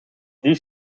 die